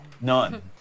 none